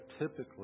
typically